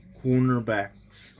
cornerbacks